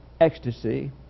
ecstasy